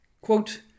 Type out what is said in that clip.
Quote